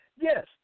Yes